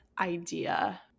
idea